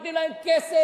נותנים להם כסף,